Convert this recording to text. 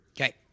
Okay